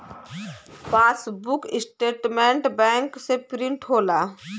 passbook statement bank से print होला